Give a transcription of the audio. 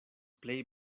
plej